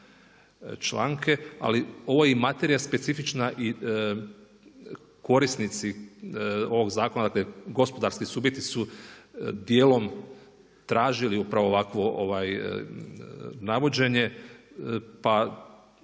članke ali ovo je i materija specifična i korisnici ovog zakona, dakle gospodarski subjekti su dijelom tražili upravo ovakvo navođenje, pa